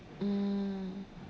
mm